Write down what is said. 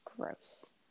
gross